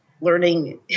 learning